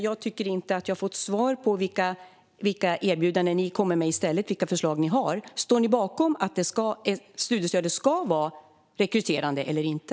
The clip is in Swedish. Jag tycker inte att jag har fått något svar på frågan om vilka erbjudanden ni kommer med i stället och vilka förslag ni har. Står ni bakom att studiestartsstödet ska vara rekryterande eller inte?